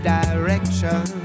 direction